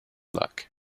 luck